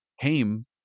came